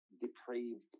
depraved